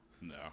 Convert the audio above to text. No